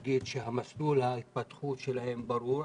שמסלול ההתפתחות שלהם הוא ברור,